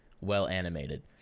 well-animated